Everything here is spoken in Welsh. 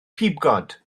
pibgod